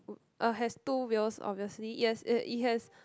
uh has two wheels obviously yes it it has